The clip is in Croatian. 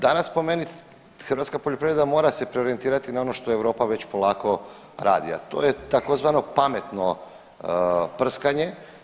Danas po meni hrvatska poljoprivreda mora se preorijentirati na ono što Europa već polako radi, a to je tzv. pametno prskanje.